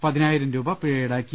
പതിനായിരം രൂപ പിഴ ഈടാക്കി